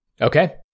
Okay